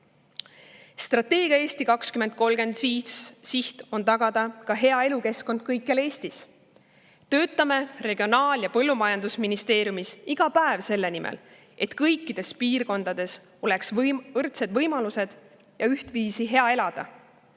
Strateegia "Eesti 2035" siht on tagada hea elukeskkond kõikjal Eestis. Töötame Regionaal‑ ja Põllumajandusministeeriumis iga päev selle nimel, et kõikides piirkondades oleks võrdsed võimalused ja ühtviisi hea elada.